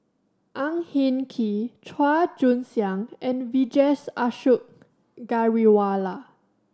Ang Hin Kee Chua Joon Siang and Vijesh Ashok Ghariwala